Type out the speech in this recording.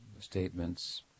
statements